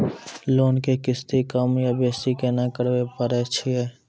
Loan के किस्ती कम या बेसी केना करबै पारे छियै?